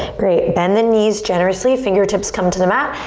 great, bend the knees generously. fingertips come to the mat.